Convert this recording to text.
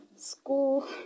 School